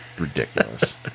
ridiculous